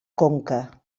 conca